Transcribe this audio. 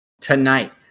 Tonight